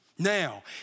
Now